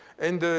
and